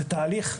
זה תהליך.